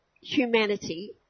humanity